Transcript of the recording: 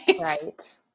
Right